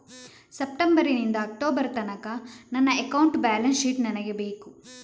September ನಿಂದ October ತನಕ ನನ್ನ ಅಕೌಂಟ್ ಬ್ಯಾಲೆನ್ಸ್ ಶೀಟ್ ನನಗೆ ಬೇಕು